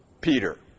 Peter